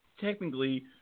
technically